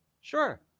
sure